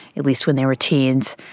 at least when they were teens,